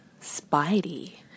Spidey